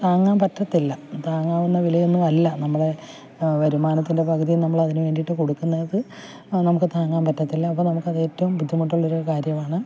താങ്ങാൻ പറ്റത്തില്ല താങ്ങാവുന്ന വിലയൊന്നുമല്ല നമ്മുടെ വരുമാനത്തിൻ്റെ പകുതി നമ്മൾ അതിനുവേണ്ടിയിട്ട് കൊടുക്കുന്നത് നമുക്ക് താങ്ങാൻ പറ്റത്തില്ല അപ്പം നമുക്ക് അത് ഏറ്റവും ബുദ്ധിമുട്ടുള്ളൊരു കാര്യമാണ്